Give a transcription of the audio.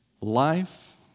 Life